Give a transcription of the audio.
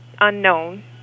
unknown